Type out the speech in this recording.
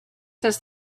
does